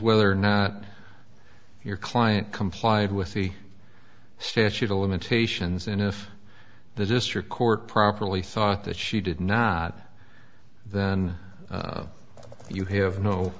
whether or not your client complied with the statute of limitations and if the district court properly thought that she did not then you have no